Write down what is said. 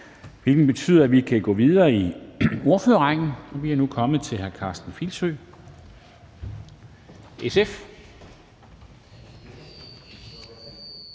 hvilket betyder, at vi kan gå videre i ordførerrækken. Og vi er nu kommet til hr. Karsten Filsø, SF.